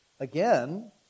Again